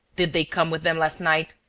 did they come with them last night?